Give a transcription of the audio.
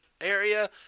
area